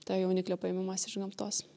to jauniklio paėmimas iš gamtos